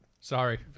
Sorry